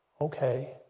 okay